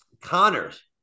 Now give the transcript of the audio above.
Connors